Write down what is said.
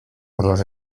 los